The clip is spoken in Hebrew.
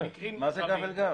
מה זה גב אל גב?